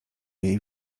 jej